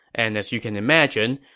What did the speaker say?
and as you can imagine,